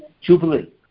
jubilee